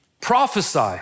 prophesy